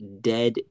dead